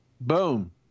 boom